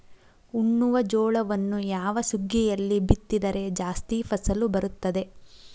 ಉಣ್ಣುವ ಜೋಳವನ್ನು ಯಾವ ಸುಗ್ಗಿಯಲ್ಲಿ ಬಿತ್ತಿದರೆ ಜಾಸ್ತಿ ಫಸಲು ಬರುತ್ತದೆ?